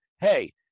hey